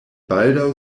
baldaŭ